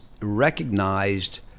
recognized